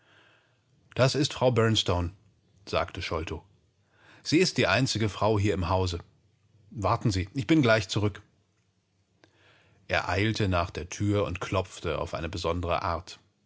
es ist mrs bernstone sagte sholto sie ist die einzige frau im haus warten sie hier ich werde gleich zurück sein er eilte zur tür und klopfte auf seine eigentümliche art